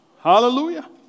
Hallelujah